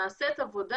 נעשית עבודה,